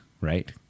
right